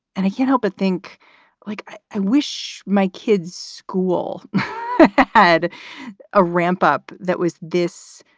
and i can't help but think like i i wish my kid's school had a ramp up. that was this.